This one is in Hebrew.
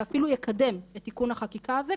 ואפילו יקדם את תיקון החקיקה הזה,